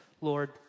Lord